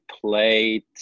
played